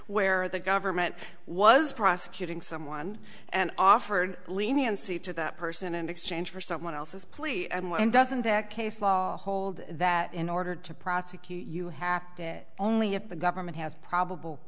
where the government was prosecuting someone and offered leniency to that person in exchange for someone else's plea and why doesn't that case law hold that in order to prosecute you happed it only if the government has probable